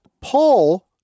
Paul